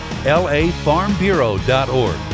LAFarmBureau.org